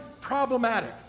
problematic